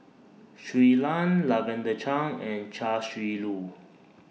Shui Lan Lavender Chang and Chia Shi Lu